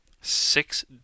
six